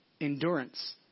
endurance